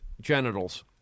genitals